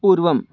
पूर्वम्